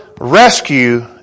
rescue